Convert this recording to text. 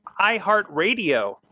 iHeartRadio